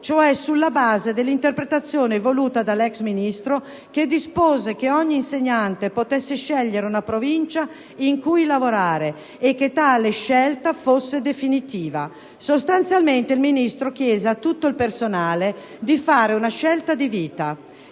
cioè sulla base dell'interpretazione voluta dall'ex Ministro, che dispose che ogni insegnante potesse scegliere una provincia in cui lavorare, e che tale scelta fosse definitiva. Sostanzialmente il Ministro chiese a tutto il personale di fare una scelta di vita.